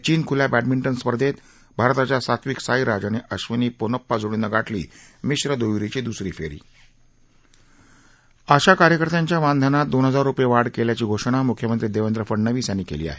चीन खूल्या बॅडमिंटन स्पर्धेत भारताच्या सात्विक साईराज आणि अश्विनी पोन्नप्पा जोडीनं गाठली मिश्र द्हेरीची द्सरी फेरी आशा कार्यकर्त्यांच्या मानधनात दोन हजार रूपये वाढ केल्याची घोषणा म्ख्यमंत्री देवेंद्र फडणवीस यांनी केली आहे